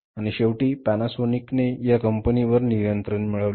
आणि शेवटी पॅनासोनीक ने या कंपनीवर नियंत्रण मिळवलं